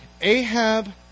Ahab